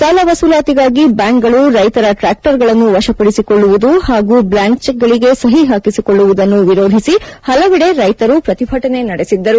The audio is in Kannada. ಸಾಲ ವಸೂಲಾತಿಗಾಗಿ ಬ್ಯಾಂಕುಗಳು ರೈತರ ಟ್ರಾಕ್ಟರ್ಗಳನ್ನು ವಶಪಡಿಸಿಕೊಳ್ಳುವುದು ಹಾಗೂ ಬ್ಲಾಂಕ್ ಚೆಕ್ಗಳಿಗೆ ಸಹಿ ಹಾಕಿಸಿಕೊಳ್ಳುವುದನ್ನು ವಿರೋಧಿಸಿ ಹಲವೆಡೆ ರೈತರು ಪ್ರತಿಭಟನೆ ನಡೆಸಿದ್ದರು